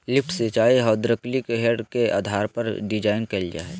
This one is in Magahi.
लिफ्ट सिंचाई हैद्रोलिक हेड के आधार पर डिजाइन कइल हइ